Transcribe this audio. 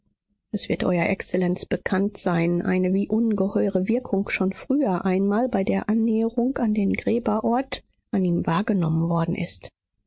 es wird eurer exzellenz bekannt sein eine wie ungeheure wirkung schon früher einmal bei der annäherung an den gräberort an ihm wahrgenommen worden ist